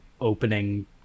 opening